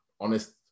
honest